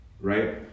right